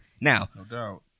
now